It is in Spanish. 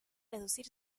reducir